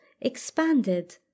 expanded